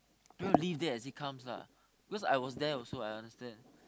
trying to live that as it comes lah cause I was there also I understand